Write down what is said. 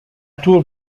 tour